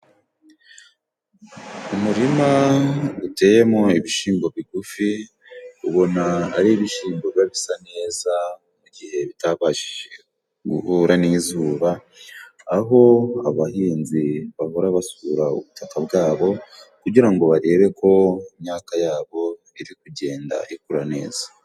Umurima uteyemo ibishyimbo bigufi ubona ari ibishyimbo biba bisa neza, mu gihe bitabashije guhura n'izuba, aho abahinzi bahora basura ubutaka bwabo kugira ngo barebe ko imyaka yabo iri kugenda ikura neza.